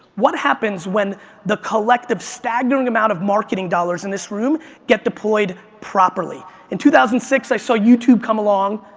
what happens when the collective staggering amount of marketing dollars in this room get deployed properly? in two thousand and six, i saw youtube come along,